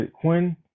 quinn